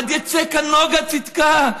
עד יצא כנגה צדקה".